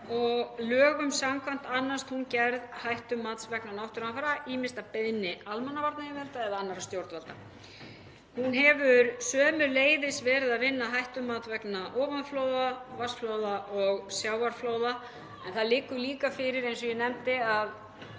og lögum samkvæmt annast hún gerð hættumats vegna náttúruhamfara, ýmist að beiðni almannavarnayfirvalda eða annarra stjórnvalda. Hún hefur sömuleiðis verið að vinna hættumat vegna ofanflóða, vatnsflóða og sjávarflóða en það liggur líka fyrir, eins og ég nefndi, að